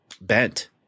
bent